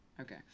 okay